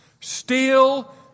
Steal